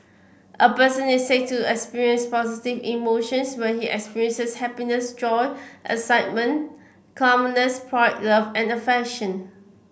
a person is said to experience positive emotions when he experiences happiness joy excitement calmness pride love and affection